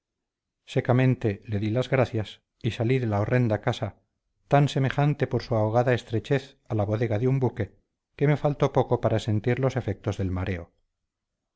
secamente le di las gracias y salí de la horrenda casa tan semejante por su ahogada estrechez a la bodega de un buque que me faltó poco para sentir los efectos del mareo